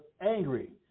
angry